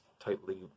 tightly